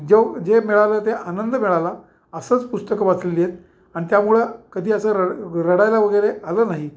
जेव जे मिळालं ते आनंद मिळाला असंच पुस्तकं वाचलेली आहेत अन त्यामुळं कधी असं रड रडायला वगेरे आलं नाही